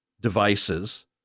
devices